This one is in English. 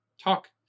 talk